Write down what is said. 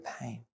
pain